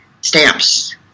stamps